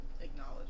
acknowledge